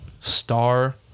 star